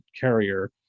carrier